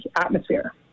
atmosphere